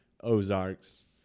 Ozarks